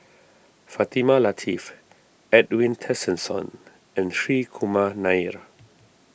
Fatimah Lateef Edwin Tessensohn and Hri Kumar Nair